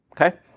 Okay